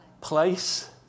place